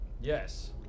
Yes